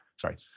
Sorry